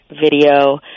video